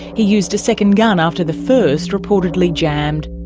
he used a second gun after the first reportedly jammed.